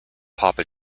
papa